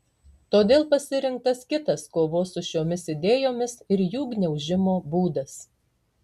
todėl pasirinktas kitas kovos su šiomis idėjomis ir jų gniaužimo būdas